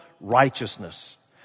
righteousness